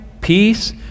peace